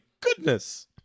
goodness